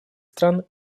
стран